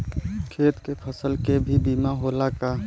खेत के फसल के भी बीमा होला का?